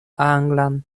anglan